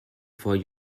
for